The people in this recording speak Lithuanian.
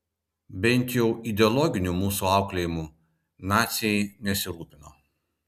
bent jau ideologiniu mūsų auklėjimu naciai nesirūpino